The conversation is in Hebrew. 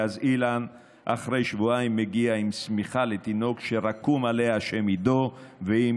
ואז אילן אחרי שבועיים מגיע עם שמיכה לתינוק שרקום עליה השם עידו ועם